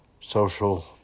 social